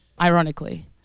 ironically